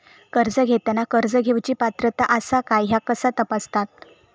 कर्ज घेताना कर्ज घेवची पात्रता आसा काय ह्या कसा तपासतात?